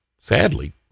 Sadly